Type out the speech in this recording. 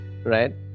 right